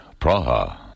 Praha